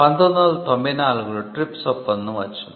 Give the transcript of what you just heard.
1994 లో TRIPS ఒప్పందం వచ్చింది